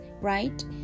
right